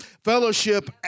fellowship